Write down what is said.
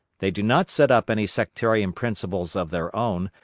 they do not set up any sectarian principles of their own,